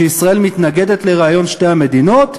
שישראל מתנגדת לרעיון שתי המדינות,